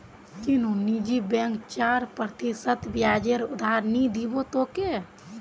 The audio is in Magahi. कुनु निजी बैंक चार प्रतिशत ब्याजेर उधार नि दीबे तोक